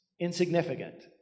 insignificant